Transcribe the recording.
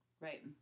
Right